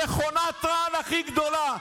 מכונת רעל הכי גדולה.